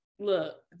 Look